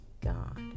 God